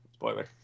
spoiler